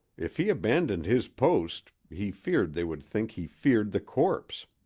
if he abandoned his post he feared they would think he feared the corpse.